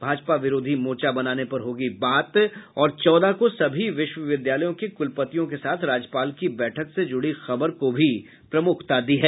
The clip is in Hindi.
भाजपा विरोधी मोर्चा बनाने पर होगी बात और चौदह को सभी विश्वविद्यालयों के कुलपतियों के साथ राज्यपाल की बैठक से जुड़ी खबर को भी प्रमुखता दी है